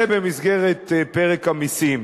זה במסגרת פרק המסים.